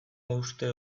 hauste